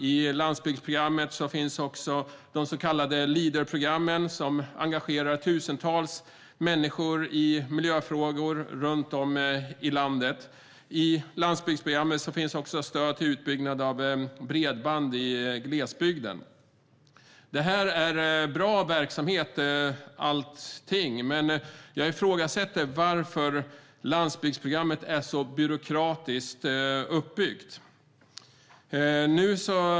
I landsbygdsprogrammet finns de så kallade Leaderprogrammen, som engagerar tusentals människor när det gäller miljöfrågor runt om i landet. I landsbygdsprogrammet finns också stöd till utbyggnad av bredband i glesbygden. Allt det är bra verksamhet. Men jag ifrågasätter varför landsbygdsprogrammet är så byråkratiskt uppbyggt.